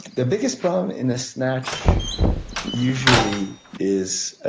the biggest problem in the snatch usually is